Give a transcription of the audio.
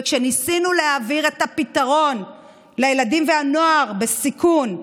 וכשניסינו להעביר את הפתרון לילדים והנוער בסיכון,